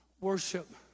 Worship